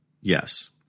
Yes